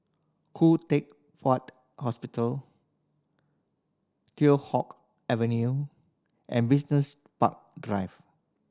Khoo Teck Puat Hospital Teow Hock Avenue and Business Park Drive